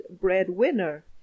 breadwinner